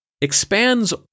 expands